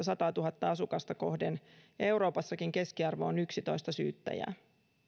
sataatuhatta asukasta kohden ja euroopassakin keskiarvo on yksitoista syyttäjää